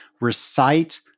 recite